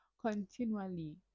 continually